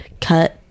cut